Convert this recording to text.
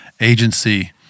agency